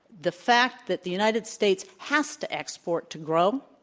the fact that the united states has to export to grow,